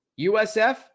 USF